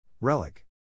Relic